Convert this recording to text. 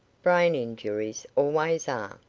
brain injuries always are.